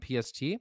PST